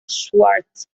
schwartz